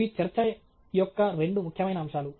ఇవి చర్చ యొక్క రెండు ముఖ్యమైన అంశాలు